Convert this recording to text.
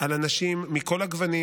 על אנשים מכל הגוונים,